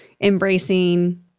embracing